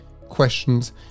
questions